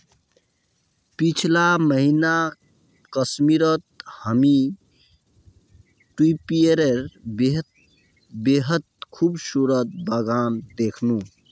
पीछला महीना कश्मीरत हामी ट्यूलिपेर बेहद खूबसूरत बगान दखनू